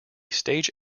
stage